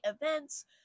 events